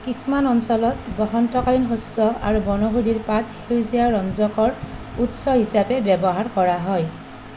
কিছুমান অঞ্চলত বসন্তকালীন শস্য আৰু বনৌষধিৰ পাত সেউজীয়া ৰঞ্জকৰ উৎস হিচাপে ব্যৱহাৰ কৰা হয়